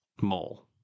mole